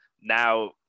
now